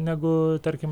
negu tarkim